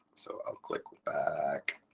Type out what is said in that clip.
so i'll click back.